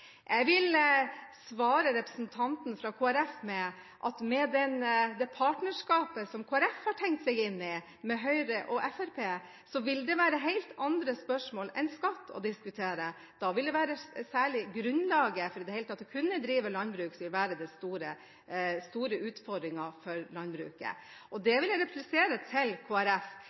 Jeg vil svare representanten fra Kristelig Folkeparti med at i det partnerskapet med Høyre og Fremskrittspartiet som de har tenkt seg inn i, vil det være helt andre spørsmål enn skatt å diskutere. Da vil det være selve grunnlaget for i det hele tatt å kunne drive landbruk som vil være den store utfordringen for landbruket. Det vil jeg replisere til